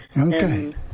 Okay